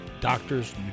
doctors